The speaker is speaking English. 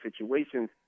situations